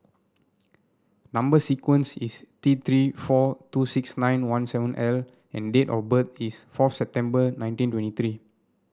number sequence is T Three four two six nine one seven L and date of birth is four September nineteen twenty three